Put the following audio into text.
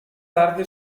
tarde